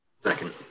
Second